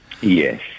Yes